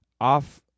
off